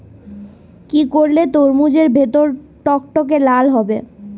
কি করলে তরমুজ এর ভেতর টকটকে লাল হবে?